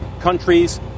countries